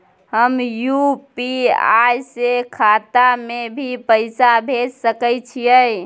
हम यु.पी.आई से खाता में भी पैसा भेज सके छियै?